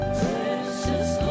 precious